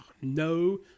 No